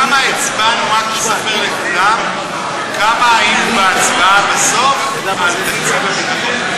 רק תספר לכולם כמה היינו בהצבעה בסוף על תקציב הביטחון.